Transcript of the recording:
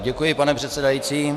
Děkuji, pane předsedající.